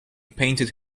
painted